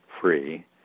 free